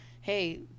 hey